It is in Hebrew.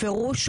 ראש ממשלה.